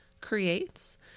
Creates